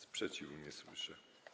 Sprzeciwu nie słyszę.